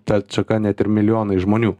ta atšaka net ir milijonai žmonių